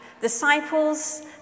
disciples